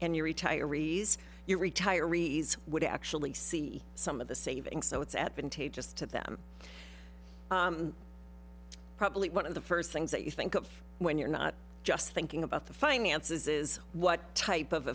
and your retirees you're retired would actually see some of the savings so it's advantageous to them probably one of the first things that you think of when you're not just thinking about the finances is what type of